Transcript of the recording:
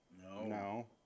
No